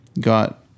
got